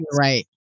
Right